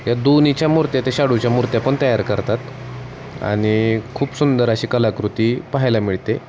या दोन्हीच्या मूर्त्या त्या शाडूच्या मूर्त्या पण तयार करतात आणि खूप सुंदर अशी कलाकृती पाहायला मिळते